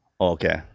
Okay